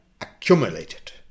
accumulated